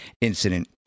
incident